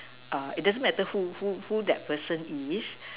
err it doesn't matter who who who that person is